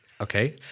Okay